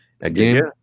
Again